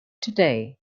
today